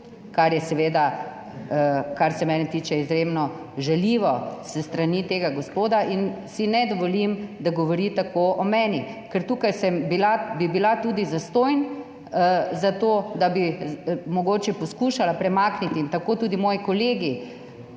kar se mene tiče, izjemno žaljivo s strani tega gospoda in si ne dovolim, da govori tako o meni. Ker tukaj bi bila tudi zastonj, zato da bi mogoče poskušala premakniti, in tako tudi moji kolegi,